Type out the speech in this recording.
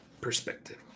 perspective